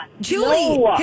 Julie